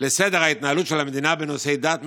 לסדר ההתנהלות של המדינה בנושאי דת מרכזיים,